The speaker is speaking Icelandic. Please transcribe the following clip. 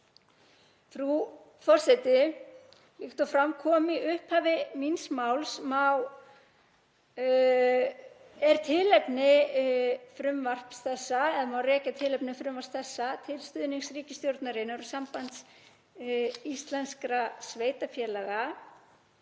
Frú forseti. Líkt og fram kom í upphafi míns máls má rekja tilefni frumvarps þessa til stuðnings ríkisstjórnarinnar og Sambands íslenskra sveitarfélaga